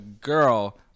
girl